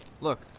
Look